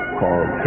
called